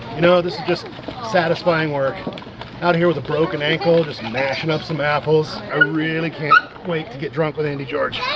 you know, this is just satisfying work out here with a broken ankle just mashing up some apple. i really can't wait to get drunk with andy george